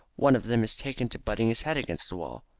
one of them has taken to butting his head against the wall.